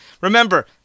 Remember